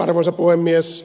arvoisa puhemies